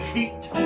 Heat